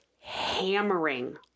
hammering